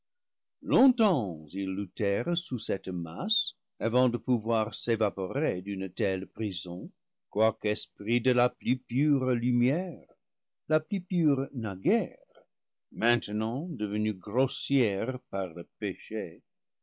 longtemps ils luttèrent sous cette masse avant de pouvoir s'évaporer d'une telle prison quoique esprits de la plus pure lumière la plus pure naguère main tenant devenue grossière par le péché